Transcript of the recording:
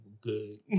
good